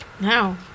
No